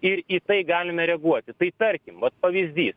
ir į tai galime reaguoti tai tarkim vat pavyzdys